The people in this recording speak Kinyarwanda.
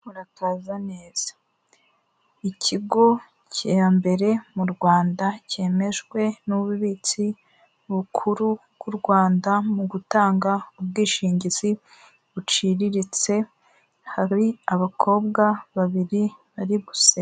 Murakaza neza. Ikigo cyambere mu Rwanda cyemejwe n'ububitsi bukuru bw'u Rwanda mu gutanga ubwishingizi buciriritse, hari abakobwa babiri bari guseka.